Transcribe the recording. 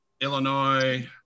Illinois